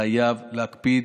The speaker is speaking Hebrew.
חייב להקפיד.